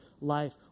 life